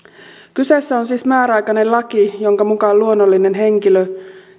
kyseessä on siis määräaikainen laki jonka mukaan luonnollinen henkilö